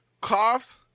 coughs